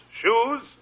shoes